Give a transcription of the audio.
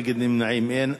בעד, 6, נגד ונמנעים, אין.